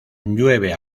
llueve